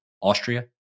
Austria